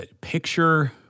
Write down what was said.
Picture –